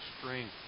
strength